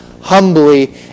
humbly